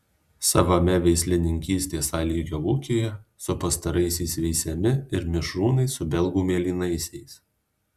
savame veislininkystės a lygio ūkyje su pastaraisiais veisiami ir mišrūnai su belgų mėlynaisiais